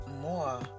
more